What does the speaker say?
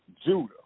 Judah